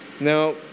Now